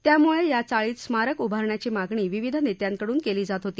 त्यामुळं या चाळीत स्मारक उभारण्याची मागणी विविध नेत्यांकडून केली जात होती